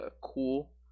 cool